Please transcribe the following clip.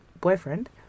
boyfriend